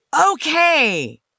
okay